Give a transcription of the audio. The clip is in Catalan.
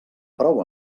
prou